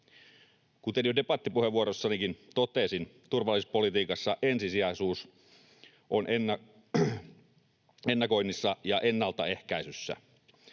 Kuten jo debattipuheenvuorossanikin totesin, turvallisuuspolitiikassa ensisijaisuus on ennakoinnissa ja ennaltaehkäisyssä.